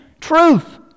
truth